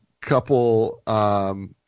couple